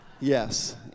Yes